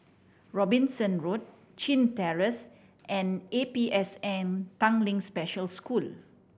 Robinson Road Chin Terrace and A P S N Tanglin Special School